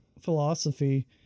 philosophy